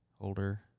holder